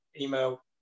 email